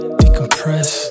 decompress